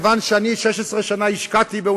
מכיוון שהשקעתי 16 שנה באוניברסיטה,